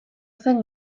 zen